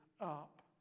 up